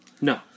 No